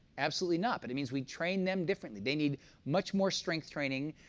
absolutely not, but it means we train them differently. they need much more strength training,